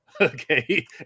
Okay